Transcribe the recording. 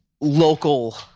local